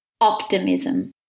Optimism